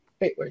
wait